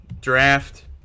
Draft